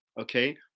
okay